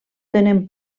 tenen